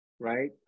Right